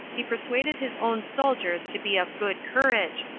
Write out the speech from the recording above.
he persuaded his own soldiers to be of good courage,